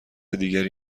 دیگری